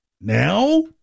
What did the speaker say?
Now